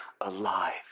alive